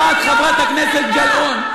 גם את, חברת הכנסת גלאון.